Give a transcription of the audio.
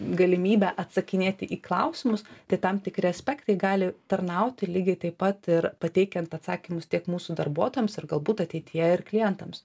galimybę atsakinėti į klausimus tai tam tikri aspektai gali tarnauti lygiai taip pat ir pateikiant atsakymus tiek mūsų darbuotojams ir galbūt ateityje ir klientams